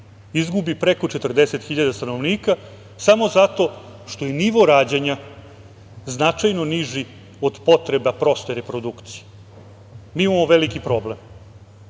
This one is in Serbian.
izgubi preko 40.000 stanovnika samo zato što je nivo rađanja značajno niži od potreba proste reprodukcije. Mi imamo veliki problem.